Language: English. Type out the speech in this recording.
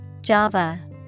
java